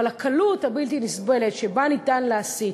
אבל הקלות הבלתי-נסבלת שבה ניתן להסית